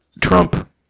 Trump